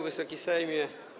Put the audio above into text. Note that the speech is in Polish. Wysoki Sejmie!